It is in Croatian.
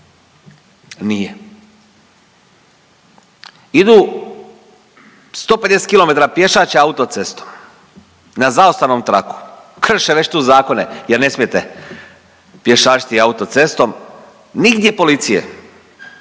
Nije. Idu 150 km pješače autocestom na zaustavnom traku, krše već tu zakone jer ne smijete pješačiti autocestom, nigdje policije